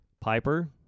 Piper